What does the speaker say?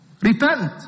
Repent